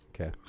Okay